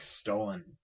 stolen